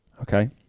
Okay